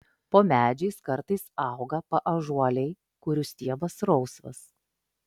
po medžiais kartais auga paąžuoliai kurių stiebas rausvas